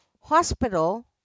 hospital